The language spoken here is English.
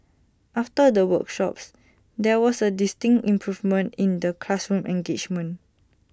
after the workshops there was A distinct improvement in the classroom engagement